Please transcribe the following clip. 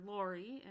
Lori